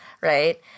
right